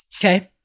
Okay